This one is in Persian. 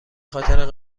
خاطر